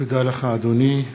תודה לך, אדוני.